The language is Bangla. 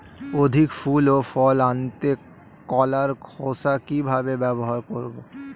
অধিক ফুল ও ফল আনতে কলার খোসা কিভাবে ব্যবহার করব?